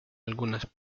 algunas